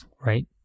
Right